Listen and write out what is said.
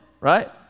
right